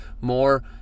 more